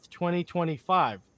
2025